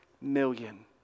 million